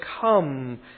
Come